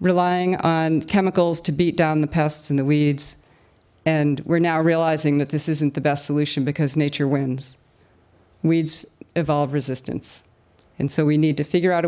relying on chemicals to beat down the pests in the weeds and we're now realizing that this isn't the best solution because nature wins weeds evolve resistance and so we need to figure out